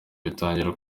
bitangira